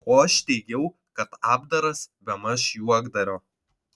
o aš teigiau kad apdaras bemaž juokdario